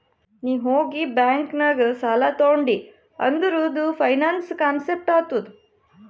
ನೀ ಹೋಗಿ ಬ್ಯಾಂಕ್ ನಾಗ್ ಸಾಲ ತೊಂಡಿ ಅಂದುರ್ ಅದು ಫೈನಾನ್ಸ್ ಕಾನ್ಸೆಪ್ಟ್ ಆತ್ತುದ್